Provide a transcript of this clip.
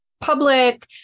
public